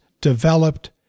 developed